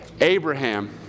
Abraham